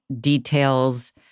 details